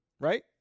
right